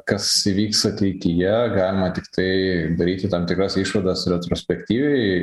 kas įvyks ateityje galima tiktai daryti tam tikras išvadas retrospektyviai